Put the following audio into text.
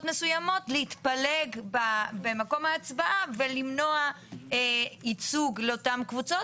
מסוימות להתפלג במקום ההצבעה ולמנוע ייצוג לאותן קבוצות,